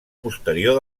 posterior